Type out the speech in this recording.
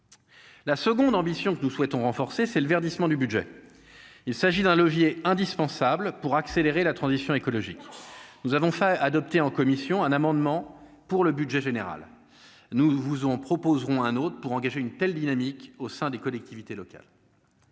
La seconde ambition que nous souhaitons renforcer c'est le verdissement du budget, il s'agit d'un levier indispensable pour accélérer la transition écologique, nous avons fait adopter en commission un amendement pour le budget général, nous vous ont proposeront un autre pour engager une telle dynamique au sein des collectivités locales,